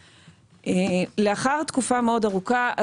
לאחר תקופה מאוד ארוכה,